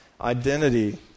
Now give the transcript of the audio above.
identity